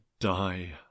die